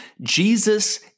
Jesus